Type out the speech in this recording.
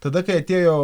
tada kai atėjo